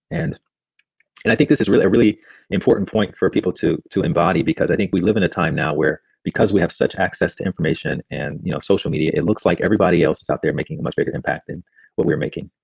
and and i think this is a really important point for people to to embody. because i think we live in a time now where because we have such access to information and you know social media, it looks like everybody else was out there making a much bigger impact than what we're making.